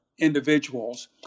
individuals